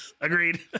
agreed